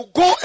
go